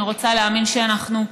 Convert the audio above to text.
אני רוצה להאמין שאנחנו,